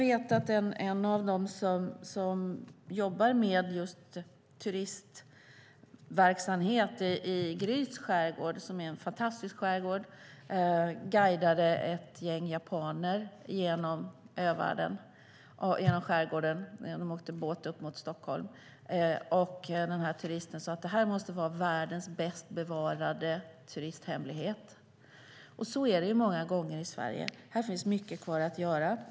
En av dem som jobbar med turistverksamhet i Gryts skärgård, som är en fantastisk skärgård, guidade ett gäng japaner genom övärlden - de åkte båt upp mot Stockholm - och en av turisterna sade: Det här måste vara världens bäst bevarade turisthemlighet. Så är det många gånger i Sverige. Här finns mycket kvar att göra.